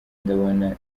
ndabona